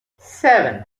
seven